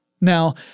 Now